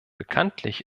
bekanntlich